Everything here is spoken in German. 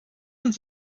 und